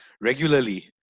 regularly